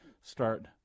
start